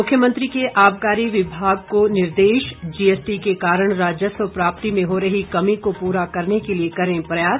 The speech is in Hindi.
मुख्यमंत्री के आबकारी विभाग को निर्देश जीएसटी के कारण राजस्व प्राप्ति में हो रही कमी को पूरा करने के लिए करें प्रयास